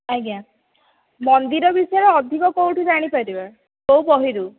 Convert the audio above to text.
ଆଜ୍ଞା ମନ୍ଦିର ବିଷୟରେ ଅଧିକ କେଉଁଠୁ ଜାଣିପାରିବା କେଉଁ ବହିରୁ